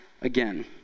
again